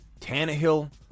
Tannehill